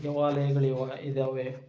ದೇವಾಲಯಗಳು ಇವಾಗ ಇದ್ದಾವೆ